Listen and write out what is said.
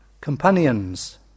companions